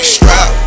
Strap